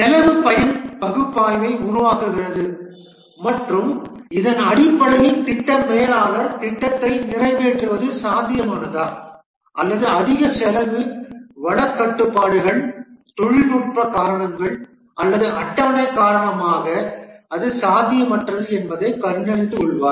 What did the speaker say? செலவு பயன் பகுப்பாய்வை உருவாக்குகிறது மற்றும் இதன் அடிப்படையில் திட்ட மேலாளர் திட்டத்தை நிறைவேற்றுவது சாத்தியமானதா அல்லது அதிக செலவு வள கட்டுப்பாடுகள் தொழில்நுட்ப காரணங்கள் அல்லது அட்டவணை காரணமாக அது சாத்தியமற்றது என்பதைக் கண்டறிந்துகொள்வார்